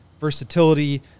versatility